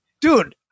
dude